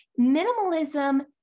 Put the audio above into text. minimalism